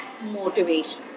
motivation